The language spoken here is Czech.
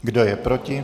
Kdo je proti?